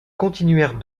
continuèrent